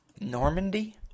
normandy